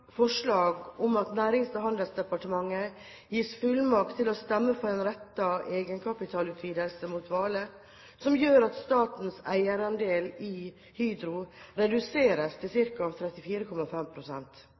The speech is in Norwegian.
forslag om at Nærings- og handelsdepartementet gis fullmakt til å stemme for en rettet egenkapitalutvidelse mot Vale som gjør at statens eierandel i Hydro reduseres til